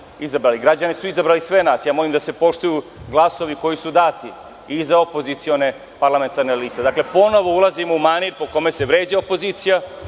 Građani su izabrali sve nas. Ja molim da se poštuju glasovi koji su dati i za opozicione parlamentarne liste. Dakle, ponovo ulazimo u manir po kome se vređa opozicija,